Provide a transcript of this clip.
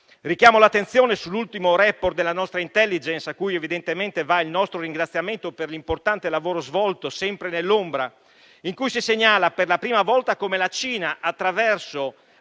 Richiamo l'attenzione sull'ultimo *report* della nostra *intelligence*, a cui evidentemente va il nostro ringraziamento per l'importante lavoro svolto, sempre nell'ombra, in cui si segnala per la prima volta come la Cina, attraverso